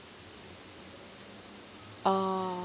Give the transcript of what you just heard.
err